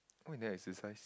why you never exercise